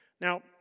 Now